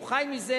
הוא חי מזה,